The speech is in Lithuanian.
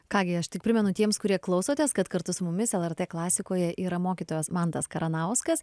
ką gi aš tik primenu tiems kurie klausotės kad kartu su mumis lrt klasikoje yra mokytojas mantas karanauskas